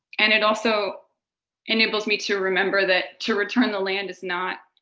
and it also enables me to remember that to return the land is not